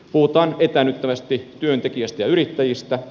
puhutaan etäännyttävästi työntekijöistä ja yrittäjistä